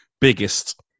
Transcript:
biggest